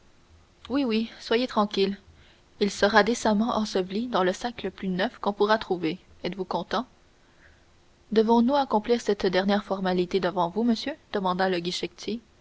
oui oui soyez tranquille il sera décemment enseveli dans le sac le plus neuf qu'on pourra trouver êtes-vous content devons-nous accomplir cette dernière formalité devant vous monsieur demanda un guichetier